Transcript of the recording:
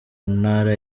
ntara